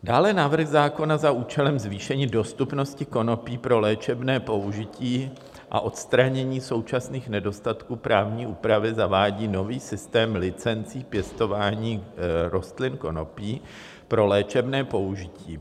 Dále návrh zákona za účelem zvýšení dostupnosti konopí pro léčebné použití a odstranění současných nedostatků právní úpravy zavádí nový systém licencí pěstování rostlin konopí pro léčebné použití.